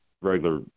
regular